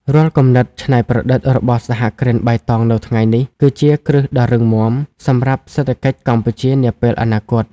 រាល់គំនិតច្នៃប្រឌិតរបស់សហគ្រិនបៃតងនៅថ្ងៃនេះ គឺជាគ្រឹះដ៏រឹងមាំសម្រាប់សេដ្ឋកិច្ចកម្ពុជានាពេលអនាគត។